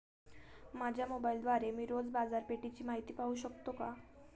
माझ्या मोबाइलद्वारे मी रोज बाजारपेठेची माहिती पाहू शकतो का?